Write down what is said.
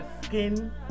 skin